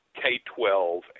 K-12